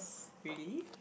really